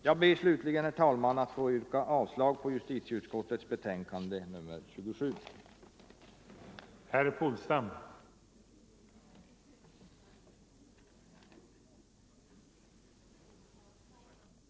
Jag ber, herr talman, att få yrka avslag på justitieutskottets hemställan i betänkande nr 27 och bifall till reservationen.